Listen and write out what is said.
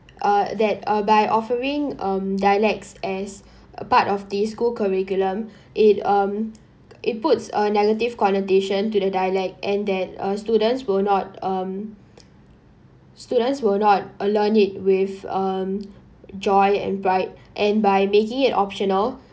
uh that uh by offering um dialects as part of the school curriculum it um it puts a negative connotation to the dialect and that uh students will not um students will not uh learn it with um joy and pride and by making it optional